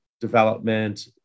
development